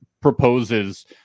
proposes